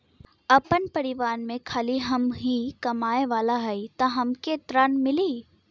आपन परिवार में खाली हमहीं कमाये वाला हई तह हमके ऋण मिली?